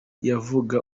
yavuga